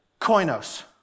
koinos